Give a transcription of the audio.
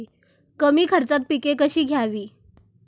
कमी खर्चात पिके कशी घ्यावी?